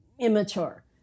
immature